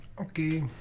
Okay